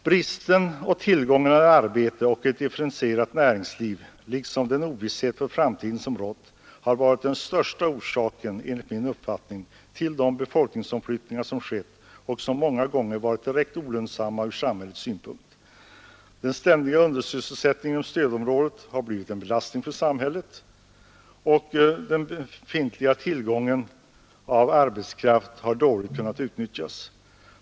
Bristen respektive tillgången på arbete och ett differentierat näringsliv liksom den ovisshet för framtiden som rått har enligt min uppfattning varit den främsta orsaken till de befolkningsomflyttningar som skett och som många gånger varit direkt olönsamma ur samhällets synpunkt. Den ständiga undersysselsättningen inom stödområdet har blivit en belastning för samhället, och den befintliga tillgången av arbetskraft har dåligt kunnat utnyttjas.